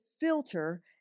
filter